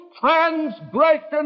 transgression